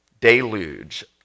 deluge